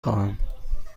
خواهم